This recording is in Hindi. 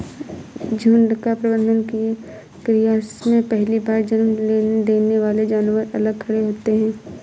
झुंड का प्रबंधन क्रिया में पहली बार जन्म देने वाले जानवर अलग खड़े होते हैं